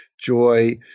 joy